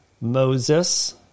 Moses